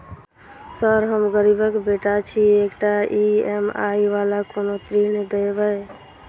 Sir हम गरीबक बेटा छी एकटा ई.एम.आई वला कोनो ऋण देबै?